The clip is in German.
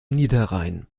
niederrhein